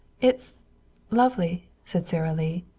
it's lovely, said sara lee.